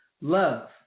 love